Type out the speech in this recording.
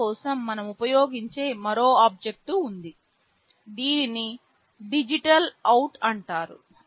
దాని కోసం మనం ఉపయోగించే మరో ఆబ్జెక్ట్ ఉంది దీనిని డిజిటల్ అవుట్ అంటారు